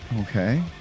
Okay